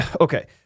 Okay